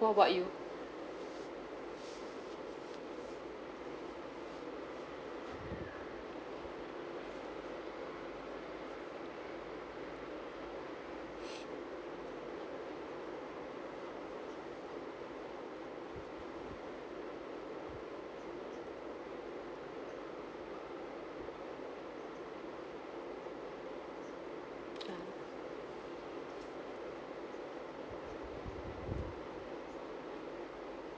what about you